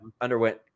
underwent